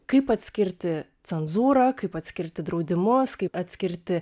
kaip atskirti cenzūrą kaip atskirti draudimus kaip atskirti